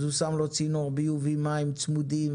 אז הוא שם לו צינור ביוב צמוד למים,